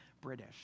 British